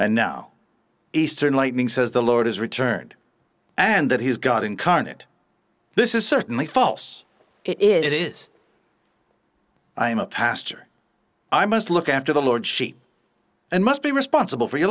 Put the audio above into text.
and now eastern lightning says the lord is returned and that he is god incarnate this is certainly false it is i am a pastor i must look after the lord's sheep and must be responsible for your